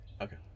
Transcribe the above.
Okay